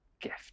gift